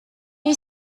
you